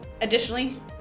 Additionally